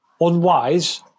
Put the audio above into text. unwise